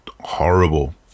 horrible